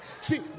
See